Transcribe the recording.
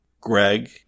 Greg-